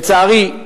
לצערי,